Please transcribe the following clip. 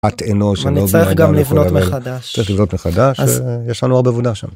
את אנוש אני צריך גם לבנות מחדש. צריך לבנות מחדש, יש לנו הרבה עבודה שם.